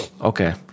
Okay